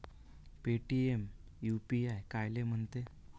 Paytm UPI कायले म्हनते?